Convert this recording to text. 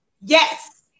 Yes